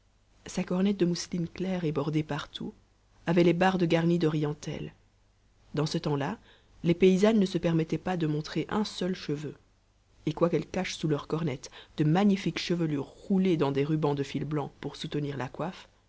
sa cornette de mousseline claire et brodée partout avait les barbes garnies de rientelle dans ce temps-là les paysannes ne se permettaient pas de montrer un seul cheveu et quoiqu'elles cachent sous leurs cornettes de magnifiques chevelures roulées dans des rubans de fil blanc pour soutenir la coiffe